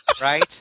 Right